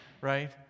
Right